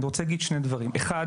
אני רוצה להגיד שני דברים: אחד